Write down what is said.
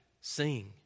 sing